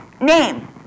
Name